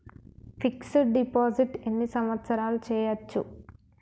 Fix డ్ deposit ఎన్ని సంవత్సరాలు చేయచ్చు?